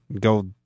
Go